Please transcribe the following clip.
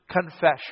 confession